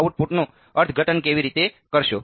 તમે આઉટપુટનું અર્થઘટન કેવી રીતે કરશો